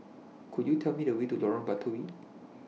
Could YOU Tell Me The Way to Lorong Batawi